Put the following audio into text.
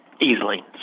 Easily